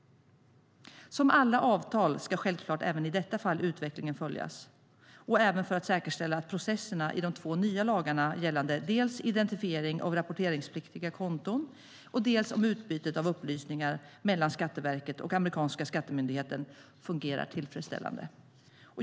Som alla avtal ska självklart även i detta fall utvecklingen följas, även för att säkerställa att processerna i de två nya lagarna gällande dels identifieringen av rapporteringspliktiga konton, dels utbytet av upplysningar mellan Skatteverket och den amerikanska skattemyndigheten fungerar tillfredsställande.